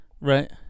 Right